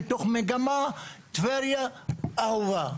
מתוך מגמה טבריה אהובה.